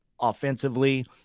offensively